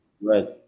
Right